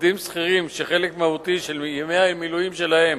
עובדים שכירים שחלק מהותי של ימי המילואים שלהם